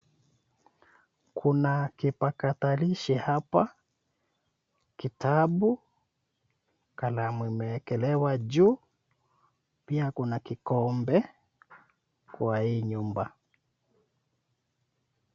Kuna kipakatalishi hapa, kitabu, kalamu imeekelewa juu, pia kuna kikombe kwa hii nyumba.